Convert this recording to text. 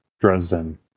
Dresden